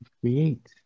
create